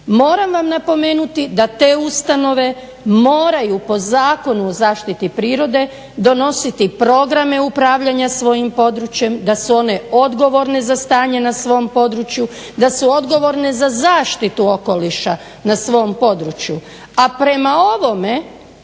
Moram vam napomenuti da te ustanove moraju po Zakonu o zaštiti prirode donositi programe upravljanja svojim područjem, da su one odgovorne za stanje na svom području, da su odgovorne za zaštitu okoliša na svom području,